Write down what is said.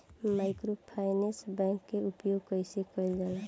Microfinance bank के उपयोग कइसे कइल जाला?